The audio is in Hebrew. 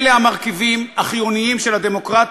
אלה המרכיבים החיוניים של הדמוקרטיה: